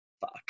fuck